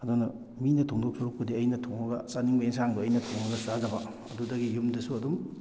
ꯑꯗꯨꯅ ꯃꯤꯅ ꯊꯣꯡꯗꯧ ꯁꯔꯨꯛꯄꯨꯗꯤ ꯑꯩꯅ ꯊꯣꯡꯉꯒ ꯆꯥꯅꯤꯡꯕ ꯑꯦꯟꯁꯥꯡꯗꯣ ꯑꯩꯅ ꯊꯣꯡꯉꯒ ꯆꯥꯖꯕ ꯑꯗꯨꯗꯒꯤ ꯌꯨꯝꯗꯁꯨ ꯑꯗꯨꯝ